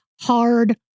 hard